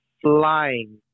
flying